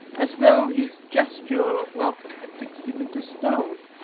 as though his gesture of welcome had fixed him into stone.